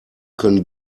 können